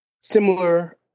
similar